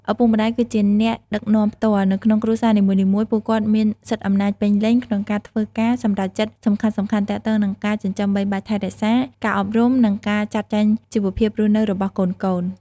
ឪពុកម្ដាយ គឺជា អ្នកដឹកនាំផ្ទាល់ នៅក្នុងគ្រួសារនីមួយៗ ពួកគាត់មាន សិទ្ធិអំណាចពេញលេញ ក្នុងការធ្វើការសម្រេចចិត្តសំខាន់ៗ ទាក់ទងនឹងការចិញ្ចឹមបីបាច់ថែរក្សា ការអប់រំ និងការចាត់ចែងជីវភាពរស់នៅរបស់កូនៗ។